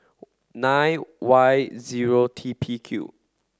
nine Y zero T P Q